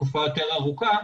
תקופה יותר ארוכה,